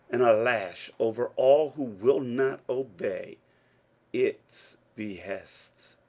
and a lash over all who will not obey its be hests.